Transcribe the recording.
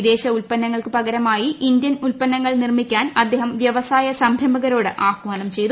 വിദേശ ഉത്പന്നങ്ങൾക്കു പകരമായി ഇന്ത്യൻ ഉത്പന്നങ്ങൾ നിർമ്മിക്കാൻ അദ്ദേഹം വൃവസായ സംരംഭകരോട് ആഹ്വാനം ചെയ്തു